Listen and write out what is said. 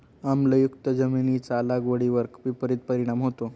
आम्लयुक्त जमिनीचा लागवडीवर विपरीत परिणाम होतो